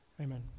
Amen